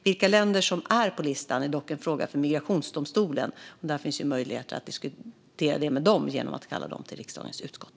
Vilka länder som är på listan är dock en fråga för Migrationsdomstolen. Där finns möjligheter att diskutera det med dem genom att kalla dem till riksdagens utskott.